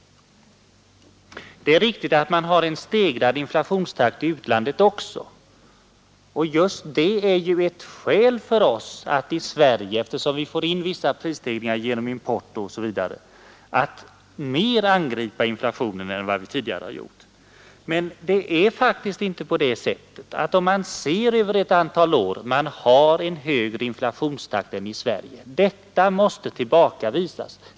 Det är visserligen riktigt att man har en stegrad inflationstakt också i utlandet, och eftersom vi får in vissa prisstegringar genom import osv. är detta förhållande ett skäl för oss i Sverige att i stället ännu mera angripa inflationen än vad vi tidigare har gjort. Om man ser utvecklingen över ett antal år har utlandet inte haft en högre inflationstakt än Sverige. Det påståendet kan lätt tillbakavisas.